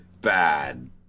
bad